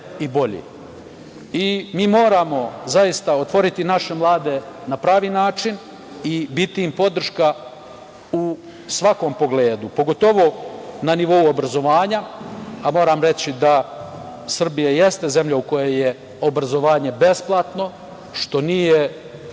moramo zaista otvoriti naše mlade na pravi način i biti im podrška u svakom pogledu, pogotovo na nivou obrazovanja, a moram reći da Srbija jeste zemlja u kojoj je obrazovanje besplatno i da naši